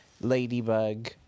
ladybug